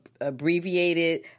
abbreviated